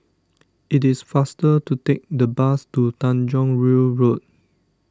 it is faster to take the bus to Tanjong Rhu Road